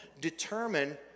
determine